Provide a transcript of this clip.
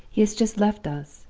he has just left us,